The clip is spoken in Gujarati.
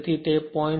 તેથી તે 0